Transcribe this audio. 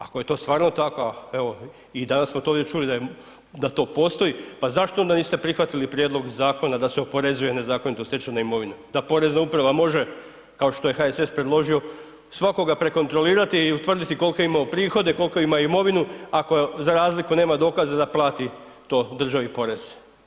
Ako je to stvarno tako a evo i danas smo to ovdje čuli da to postoji pa zašto onda niste prihvatili prijedlog zakona da se oporezuje nezakonito stečena imovina, da porezna uprava može kao što je HSS predložio svakoga prekontrolirati i utvrditi koliko je imao prihode, koliko ima imovinu ako za razliku nema dokaza da plati to državi porez.